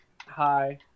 hi